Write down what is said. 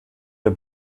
der